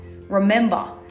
Remember